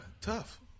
tough